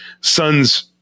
sons